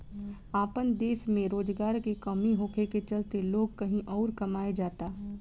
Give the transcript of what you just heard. आपन देश में रोजगार के कमी होखे के चलते लोग कही अउर कमाए जाता